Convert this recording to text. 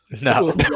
No